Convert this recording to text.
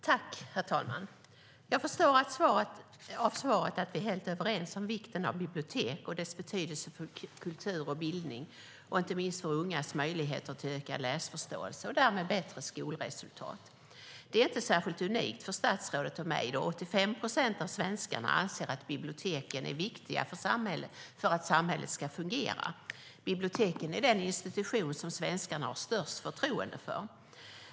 Herr talman! Jag förstår av svaret att jag och statsrådet är helt överens om vikten av bibliotek och deras betydelse för kultur och bildning och inte minst för ungas möjligheter till ökad läsförståelse och därmed bättre skolresultat. Det är inte särskilt unikt för statsrådet och mig, då 85 procent av svenskarna anser att biblioteken är viktiga för att samhället ska fungera. Biblioteken är den institution som svenskarna har störst förtroende för.